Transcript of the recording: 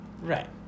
Right